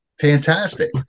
fantastic